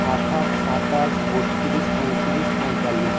আঠাশ সাতাশ বত্রিশ পঁয়ত্রিশ পঁয়তাল্লিশ